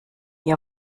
ihr